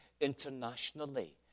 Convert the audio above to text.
internationally